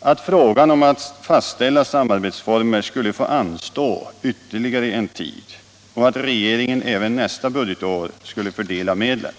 att frågan om att fastställa samarbetsformer skulle få anstå ytterligare en tid och att regeringen även nästa budgetår skulle fördela medlen.